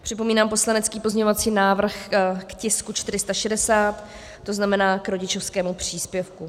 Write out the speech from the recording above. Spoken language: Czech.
Připomínám poslanecký pozměňovací návrh k tisku 460, to znamená k rodičovskému příspěvku.